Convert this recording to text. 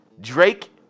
Drake